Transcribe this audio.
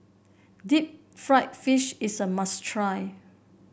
Deep Fried Fish is a must try